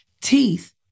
teeth